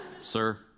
sir